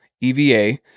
EVA